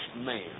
man